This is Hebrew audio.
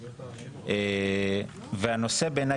דרך אגב, ראינו את זה גם בקלפי לא מזמן.